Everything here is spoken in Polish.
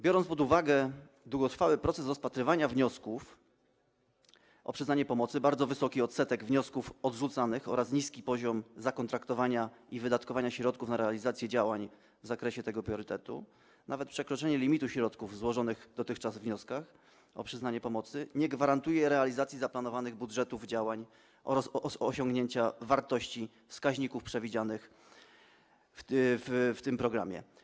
Biorąc pod uwagę długotrwały proces rozpatrywania wniosków o przyznanie pomocy, bardzo wysoki odsetek wniosków odrzucanych oraz niski poziom zakontraktowania i wydatkowania środków na realizację działań w zakresie tego priorytetu, nawet przekroczenie limitu środków w złożonych dotychczas wnioskach o przyznanie pomocy nie gwarantuje realizacji zaplanowanych budżetów działań oraz osiągnięcia wartości, wskaźników przewidzianych w tym programie.